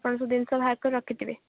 ଆପଣ ସବୁ ଜିନିଷ ବାହାର କରି ରଖିଥିବେ